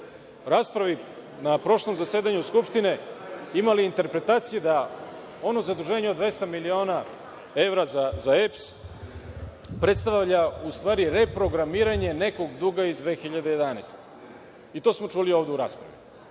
raspravi na prošlom zasedanju Skupštine imali interpretacije da ono zaduženje od 200 miliona evra za EPS predstavlja u stvari reprogramiranje nekog duga iz 2011. godine i to smo čuli ovde u raspravi.